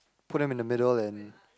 put them in the middle and